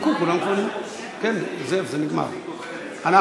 אנחנו רוצים, אני רוצה להצביע עכשיו.